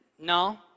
No